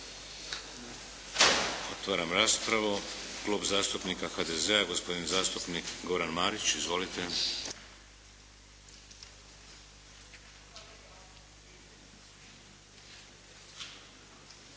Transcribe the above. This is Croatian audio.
Otvaram raspravu. Klub zastupnika HDZ-a, gospodin zastupnik Goran Marić. Izvolite.